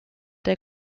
der